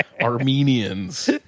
Armenians